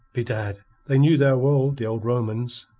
bedad, they knew their world, the old romans.